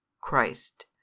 CHRIST